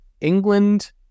England